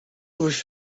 with